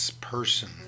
person